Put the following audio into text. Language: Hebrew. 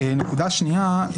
נקודה שנייה,